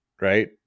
right